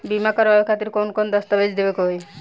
बीमा करवाए खातिर कौन कौन दस्तावेज़ देवे के होई?